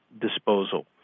disposal